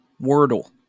wordle